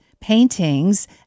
paintings